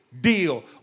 deal